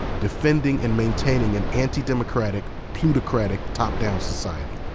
defending and maintaining an antidemocratic, plutocratic, top down society?